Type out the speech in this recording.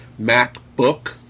MacBook